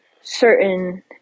certain